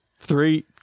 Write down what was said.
three